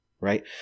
right